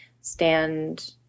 stand